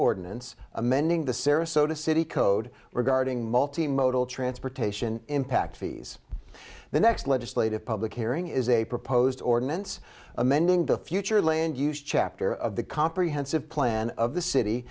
ordinance amending the sarasota city code regarding multi modal transportation impact fees the next legislative public hearing is a proposed ordinance amending the future land use chapter of the comprehensive plan of the city